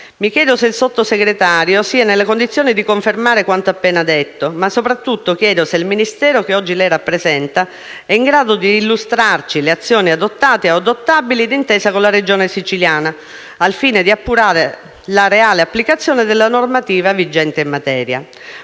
Mi chiedo se il Sottosegretario sia nelle condizioni di confermare quanto appena detto, ma soprattutto chiedo se il Ministero che oggi rappresenta è in grado di illustrarci le azioni adottate o adottabili d'intesa con la Regione Siciliana, al fine di appurare la reale applicazione della normativa vigente in materia.